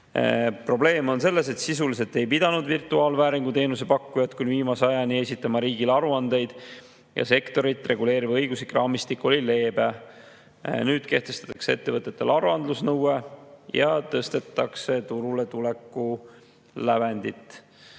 Probleem on selles, et sisuliselt ei pidanud virtuaalvääringu teenuse pakkujad kuni viimase ajani esitama riigile aruandeid ja sektorit reguleeriv õiguslik raamistik oli leebe. Nüüd kehtestatakse ettevõtetele aruandlusnõue ja tõstetakse turule tuleku lävendit.